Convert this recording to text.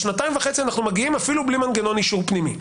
לשנתיים וחצי אנחנו מגיעים אפילו בלי מנגנון אישור פנימי,